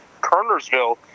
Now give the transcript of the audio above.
Kernersville